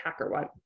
HackerOne